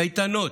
קייטנות,